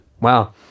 Wow